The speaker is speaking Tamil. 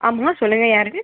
ஆமாம் சொல்லுங்கள் யார்